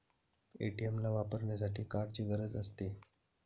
ATM ला वापरण्यासाठी कार्डची गरज असते